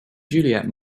juliet